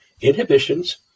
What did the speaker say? inhibitions